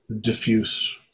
diffuse